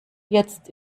jetzt